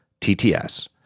TTS